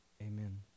amen